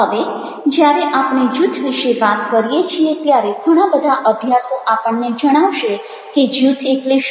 હવે જ્યારે આપણે જૂથ વિશે વાત કરીએ છીએ ત્યારે ઘણા બધા અભ્યાસો આપણને જણાવશે કે જૂથ એટલે શું